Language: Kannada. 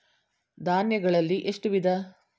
ಧಾನ್ಯಗಳಲ್ಲಿ ಎಷ್ಟು ವಿಧ?